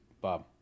Bob